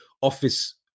office